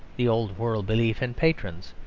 the old-world belief in patrons,